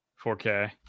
4K